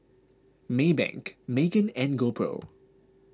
Maybank Megan and GoPro